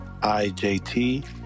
IJT